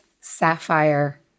Sapphire